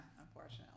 unfortunately